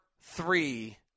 three